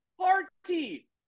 party